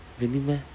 really meh